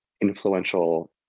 influential